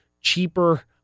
cheaper